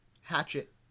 hatchet